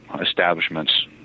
establishments